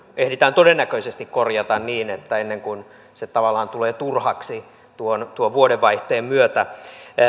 ehditään todennäköisesti korjata ennen kuin se tavallaan tulee turhaksi tuon tuon vuodenvaihteen myötä